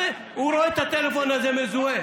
הרי הוא רואה את הטלפון הזה מזוהה.